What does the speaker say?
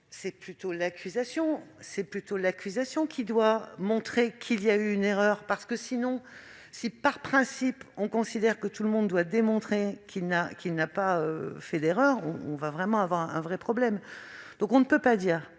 C'est plutôt l'accusation qui doit montrer qu'il y a eu une erreur. Si, par principe, on considère que tout le monde doit démontrer qu'il n'a pas fait d'erreur, on va avoir un vrai problème. De plus, on ne peut pas dire